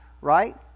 right